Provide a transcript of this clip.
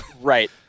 Right